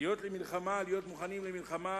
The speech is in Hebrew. להיות מוכנים למלחמה